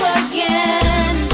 again